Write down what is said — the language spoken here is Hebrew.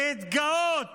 להתגאות